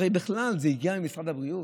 הרי בכלל זה הגיע ממשרד הבריאות?